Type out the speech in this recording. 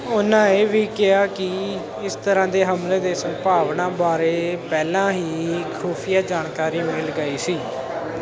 ਉਨ੍ਹਾਂ ਇਹ ਵੀ ਕਿਹਾ ਕਿ ਇਸ ਤਰ੍ਹਾਂ ਦੇ ਹਮਲੇ ਦੀ ਸੰਭਾਵਨਾ ਬਾਰੇ ਪਹਿਲਾਂ ਹੀ ਖੁਫੀਆ ਜਾਣਕਾਰੀ ਮਿਲ ਗਈ ਸੀ